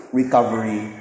recovery